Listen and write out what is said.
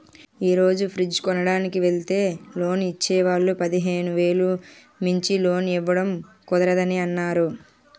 ఈ రోజు ఫ్రిడ్జ్ కొనడానికి వెల్తే లోన్ ఇచ్చే వాళ్ళు పదిహేను వేలు మించి లోన్ ఇవ్వడం కుదరదని అన్నారు